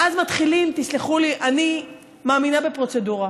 ואז מתחילים, תסלחו לי, אני מאמינה בפרוצדורה,